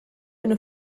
üna